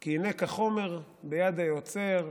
כי הינה, כחומר ביד היוצר,